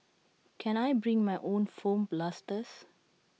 can I bring my own foam blasters